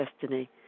destiny